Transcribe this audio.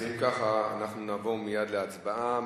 אם כך, נעבור להצבעה.